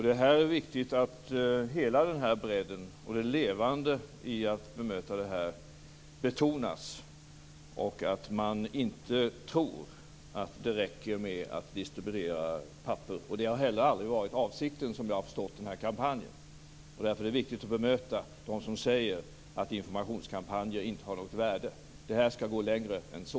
Det är viktigt att hela bredden och det levande i att bemöta detta betonas, och att man inte tror att det räcker att distribuera papper. Det har heller aldrig varit avsikten, som jag har förstått den här kampanjen. Det är därför viktigt att bemöta dem som säger att informationskampanjer inte har något värde. Det här skall gå längre än så.